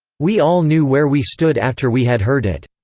we all knew where we stood after we had heard it.